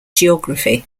geography